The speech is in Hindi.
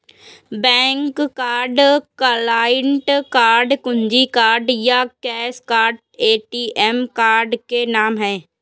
बैंक कार्ड, क्लाइंट कार्ड, कुंजी कार्ड या कैश कार्ड ए.टी.एम कार्ड के नाम है